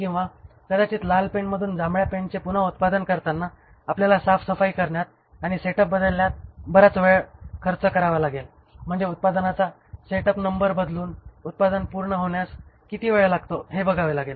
किंवा कदाचित लाल पेनमधून जांभळ्या पेनचे पुन्हा उत्पादन करताना आपल्याला साफसफाई करण्यात आणि सेटअप बदलण्यात बराच वेळ खर्च करावा लागेल म्हणजे उत्पादनाचा सेटअप नंबर बदलून उत्पादन पूर्ण होण्यास किती वेळ लागतो ते बघावे लागेल